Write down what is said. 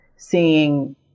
seeing